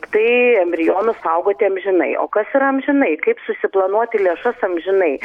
tai embrionus saugoti amžinai o kas yra amžinai kaip susiplanuoti lėšas amžinai